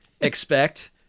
expect